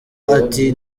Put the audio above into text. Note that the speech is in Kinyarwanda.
ati